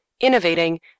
innovating